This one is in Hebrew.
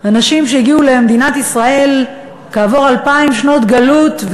אנשים שהגיעו למדינת ישראל כעבור אלפיים שנות גלות,